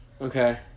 Okay